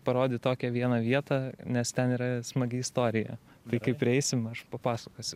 parodyt tokią vieną vietą nes ten yra smagi istorija tai kai prieisim aš papasakosiu